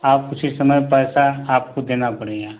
आप उसी समय पैसा आपको देना पड़ेगा